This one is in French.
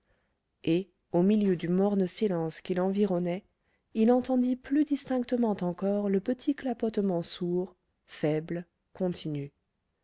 et au milieu du morne silence qui l'environnait il entendit plus distinctement encore le petit clapotement sourd faible continu